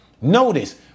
Notice